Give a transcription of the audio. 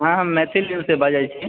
हँ हम मैथिल न्यूज सॅं बाजै छी